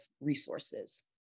resources